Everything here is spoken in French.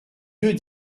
deux